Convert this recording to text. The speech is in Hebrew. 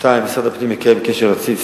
משרד הפנים מקיים קשר רציף,